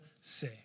say